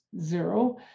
zero